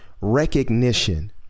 recognition